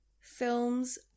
films